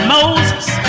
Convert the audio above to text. Moses